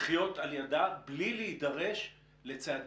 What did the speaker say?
לחיות על ידה, בלי להידרש לצעדים